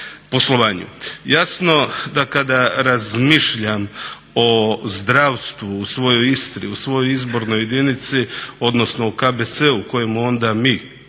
Jasno da kada razmišljam o zdravstvu u svojoj Istri, u svojoj izbornoj jedinici odnosno u KBC kojemu onda mi